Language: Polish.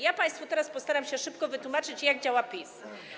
Ja państwu postaram się szybko wytłumaczyć, jak działa PiS.